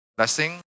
Blessing